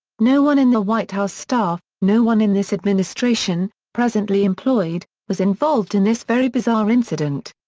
no one in the white house staff, no one in this administration, presently employed, was involved in this very bizarre incident.